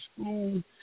school